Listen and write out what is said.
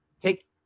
take